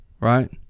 right